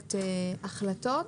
ומקבלת החלטות.